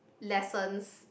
lessons